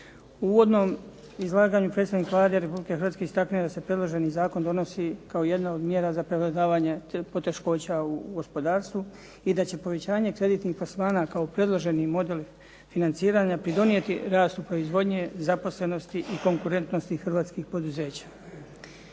uvodnom izlaganju predstavnik Vlade Republike Hrvatske istaknuo je da se predloženi zakon donosi kao jedna od mjera za prevladavanje poteškoća u gospodarstvu i da će povećanje kreditnih plasmana kao predloženi model financiranja pridonijeti rastu proizvodnje, zaposlenosti i konkurentnosti hrvatskih poduzeća.